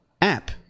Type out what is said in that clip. app